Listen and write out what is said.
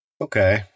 Okay